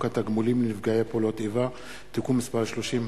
התגמולים לנפגעי פעולות איבה (תיקון מס' 30),